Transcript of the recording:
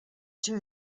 two